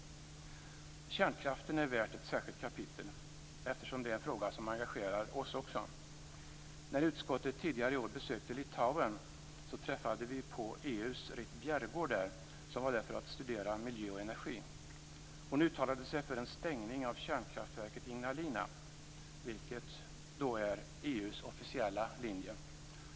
Kärnkraften är värt ett särskilt kapitel eftersom det är en fråga som engagerar oss också. När utskottet tidigare i år besökte Litauen träffade vi EU:s Ritt Bjerregård där. Hon var där för att studera miljö och energi. Hon uttalade sig för en stängning av kärnkraftverket i Ignalina. Detta är alltså EU:s officiella linje.